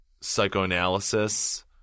psychoanalysis